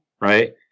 Right